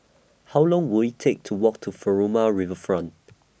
How Long Will IT Take to Walk to Furama Riverfront